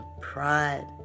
pride